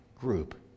group